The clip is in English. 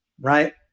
right